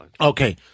Okay